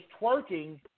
twerking